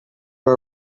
for